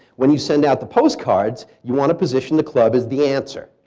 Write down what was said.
when you send out the postcards you want to position the club as the answer.